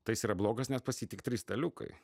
tai jis yra blogas nes pas jį tik trys staliukai